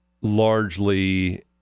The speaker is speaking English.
largely